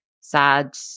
sad